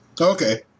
Okay